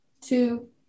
two